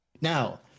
Now